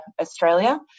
Australia